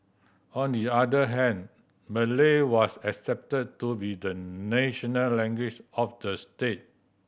on the other hand Malay was accepted to be the national language of the state